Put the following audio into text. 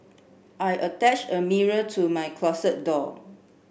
I attached a mirror to my closet door